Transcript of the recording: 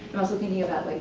also thinking about like